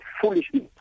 foolishness